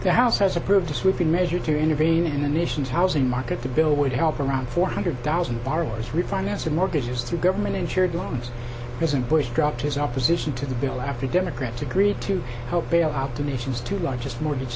the house has approved a sweeping measure to intervene in the nation's housing market the bill would help around four hundred thousand borrowers refinance their mortgages through government insured lines president bush dropped his opposition to the bill after democrats agreed to help bail out the nation's two largest mortgage